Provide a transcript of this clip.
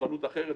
למוכנות אחרת.